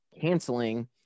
canceling